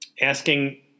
asking